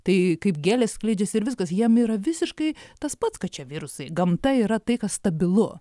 tai kaip gėlės skleidžiasi ir viskas jiem yra visiškai tas pats kad čia virusai gamta yra tai kas stabilu